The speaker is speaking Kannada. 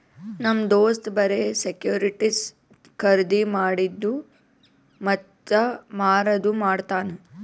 ನಮ್ ದೋಸ್ತ್ ಬರೆ ಸೆಕ್ಯೂರಿಟಿಸ್ ಖರ್ದಿ ಮಾಡಿದ್ದು ಮತ್ತ ಮಾರದು ಮಾಡ್ತಾನ್